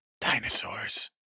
Dinosaurs